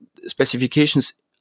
specifications